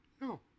no